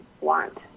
want